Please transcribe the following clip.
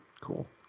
cool